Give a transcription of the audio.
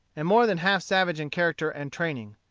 and more than half savage in character and training.